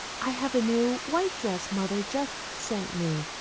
i have a new white dress mother just sent me.